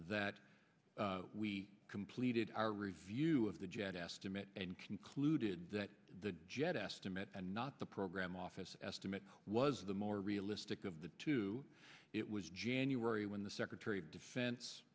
that we completed our review of the jet estimate and concluded that the jet estimate and not the program office estimate was the more realistic of the two it was january when the secretary of